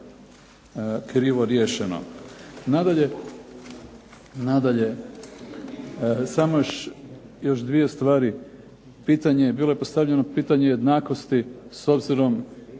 krivo riješeno. Nadalje, samo još dvije stvari. Bilo je postavljeno pitanje jednakosti s obzirom